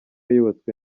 yubatswe